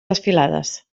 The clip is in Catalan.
desfilades